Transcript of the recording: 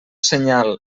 senyal